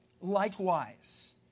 likewise